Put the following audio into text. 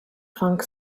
funk